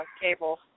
cable